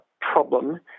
problem